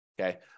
okay